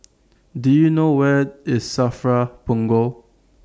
Do YOU know Where IS SAFRA Punggol